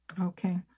Okay